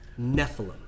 Nephilim